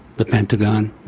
the pentagon,